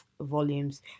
volumes